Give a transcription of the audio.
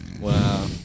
wow